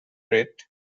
rate